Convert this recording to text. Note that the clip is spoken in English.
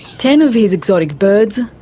ten of his exotic birds,